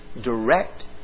Direct